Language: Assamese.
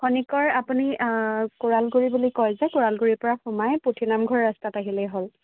খনিকৰ আপুনি কোৰালগুৰি বুলি কয় যে কোৰালগুৰিৰ পৰা সোমাই পুথি নামঘৰ ৰাস্তাত আহিলেই হ'ল